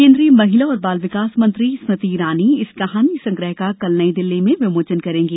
केन्द्रीय महिला और बाल विकास मंत्री स्मृति ईरानी इस कहानी संग्रह का कल नई दिल्ली में विमोचन करेंगी